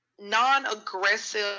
non-aggressive